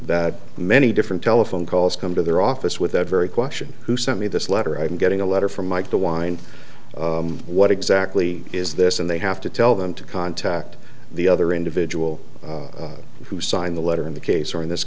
that many different telephone calls come to their office with that very question who sent me this letter i'm getting a letter from mike de wine what exactly is this and they have to tell them to contact the other individual who signed the letter in the case or in this